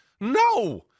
No